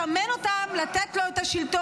-- והוא משמן אותם לתת לו את השלטון.